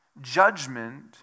judgment